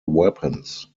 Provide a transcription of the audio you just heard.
weapons